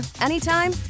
anytime